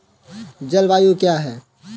जलवायु क्या है?